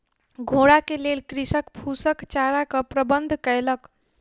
घोड़ा के लेल कृषक फूसक चाराक प्रबंध केलक